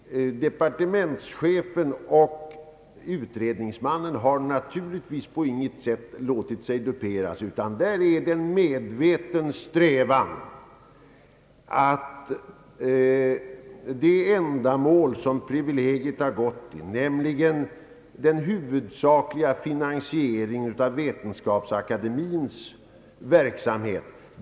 Departementschefen och utredningsmannen har naturligtvis däremot inte kunnat råka ut för detta. Det ändamål som privilegiet har främjat är den huvudsakliga finansieringen av Vetenskapsakademiens verksamhet.